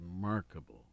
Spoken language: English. remarkable